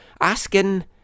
asking